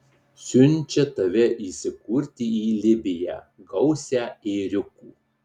siunčia tave įsikurti į libiją gausią ėriukų